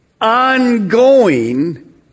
Ongoing